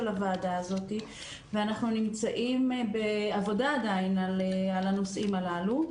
הוועדה הזאתי ואנחנו נמצאים בעבודה עדיין על הנושאים הללו.